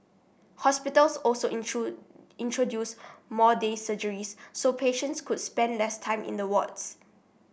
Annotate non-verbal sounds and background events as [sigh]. hospitals also [unintelligible] introduced more day surgeries so patients could spend less time in the wards